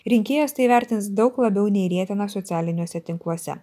rinkėjas tai vertins daug labiau nei rietenas socialiniuose tinkluose